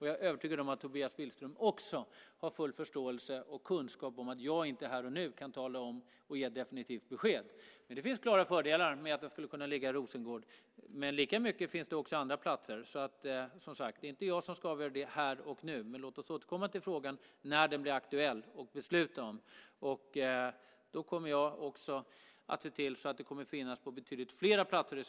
Jag är övertygad om att Tobias Billström också har full förståelse för och kunskap om att jag inte här och nu kan ge definitivt besked. Det finns klara fördelar med att den skulle kunna ligga i Rosengård, men lika mycket finns också andra platser som kan vara aktuella. Det är inte jag som ska avgöra det här och nu. Låt oss återkomma till frågan när den blir aktuell att besluta om. Då kommer jag också att se till att det kommer att finnas utbildning på betydligt fler platser i Sverige.